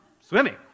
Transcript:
swimming